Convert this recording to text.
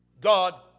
God